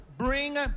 Bring